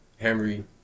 Henry